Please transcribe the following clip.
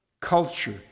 culture